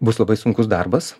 bus labai sunkus darbas